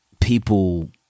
people